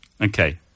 Okay